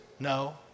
No